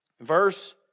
Verse